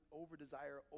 over-desire